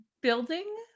building